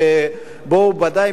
שבו הוא ודאי,